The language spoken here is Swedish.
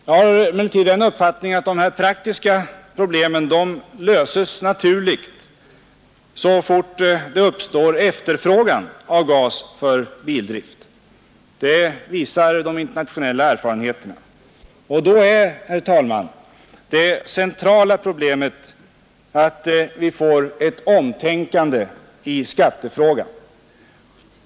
Jag har emellertid den uppfattningen att dessa praktiska problem löses naturligt så fort det uppstår efterfrågan på gas till bildrift. Det visar de internationella erfarenheterna. Det centrala problemet, herr talman, är att vi får ett omtänkande i skattefrågan.